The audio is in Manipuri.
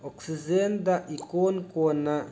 ꯑꯣꯛꯁꯤꯖꯦꯟꯗ ꯏꯀꯣꯟ ꯀꯣꯟꯅ